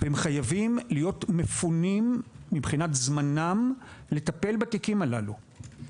והם חייבים להיות מפונים מבחינת זמנם לטפל בתיקים הללו.